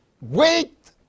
wait